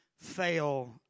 Fail